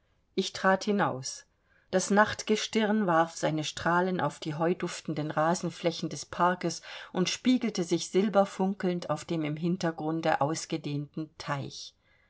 ich trat hinaus das nachtgestirn warf seine strahlen auf die heuduftenden rasenflächen des parkes und spiegelte sich silberfunkelnd auf dem im hintergrunde ausgedehnten teich